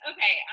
Okay